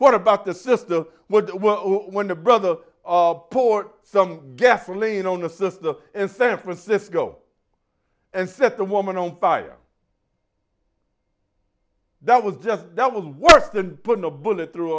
what about the sister what when the brother port some gasoline on the system and san francisco and set the woman on fire that was just that would be worse than putting a bullet through